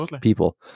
people